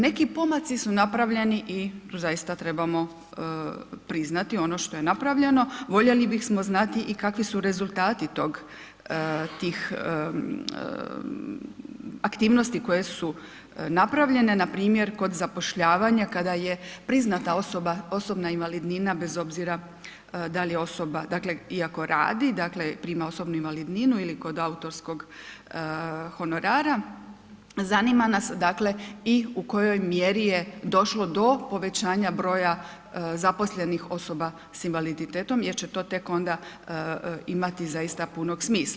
Neki pomaci su napravljeni i tu zaista trebamo priznati ono što je napravljeno, voljeli bi smo znati i kakvi su rezultati tih aktivnosti koje su napravljene, npr. kod zapošljavanja kada je priznata osobna invalidnina bez obzora da li je osoba dakle iako radi, dakle prima osobnu invalidninu ili kod autorskog honorara, zanima nas dakle i u kojoj mjeri je došlo do povećanja broja zaposlenih osoba sa invaliditetom jer će to tek onda imati zaista punog smisla.